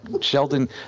Sheldon